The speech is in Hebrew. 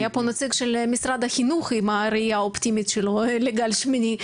היה פה נציג של משרד החינוך עם הראיה האופטימית שלו לגל שמיני,